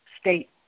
state